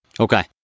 Okay